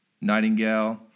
Nightingale